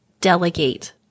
Delegate